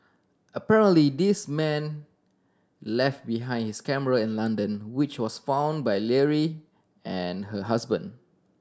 apparently this man left behind his camera in London which was found by Leary and her husband